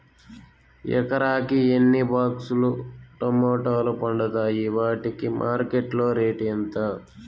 ఎకరాకి ఎన్ని బాక్స్ లు టమోటాలు పండుతాయి వాటికి మార్కెట్లో రేటు ఎంత?